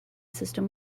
system